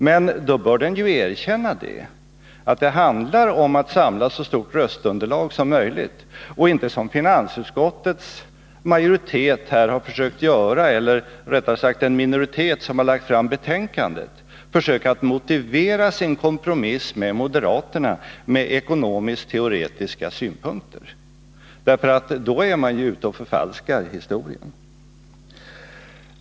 Men då bör den erkänna att det handlar om att samla så stort röstunderlag som möjligt, och inte — som finansutskottets majoritet eller rättare sagt den minoritet som lagt fram betänkandet har försökt göra — motivera kompromissen med moderaterna med ekonomisk-teoretiska synpunkter. Då förfalskar man ju historien.